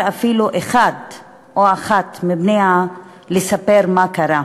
אפילו אחד או אחת מבניהן לספר מה קרה,